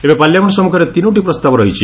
ଏବେ ପାର୍ଲାମେଣ୍ଟ ସମ୍ମୁଖରେ ତିନୋଟି ପ୍ରସ୍ତାବ ରହିଛି